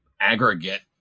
aggregate